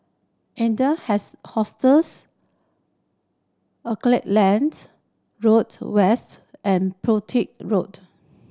Adler has Hostels Auckland Road West and Petir Road